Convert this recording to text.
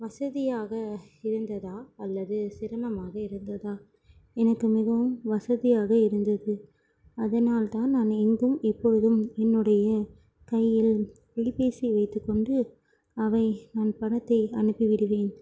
வசதியாக இருந்ததா அல்லது சிரமமாக இருந்ததா எனக்கு மிகவும் வசதியாக இருந்தது அதனால் தான் நான் எங்கும் எப்பொழுதும் என்னுடைய கையில் ஒலிப்பேசி வைத்துக்கொண்டு அவை என் பணத்தை அனுப்பிவிடுவேன்